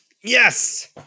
Yes